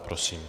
Prosím.